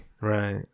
Right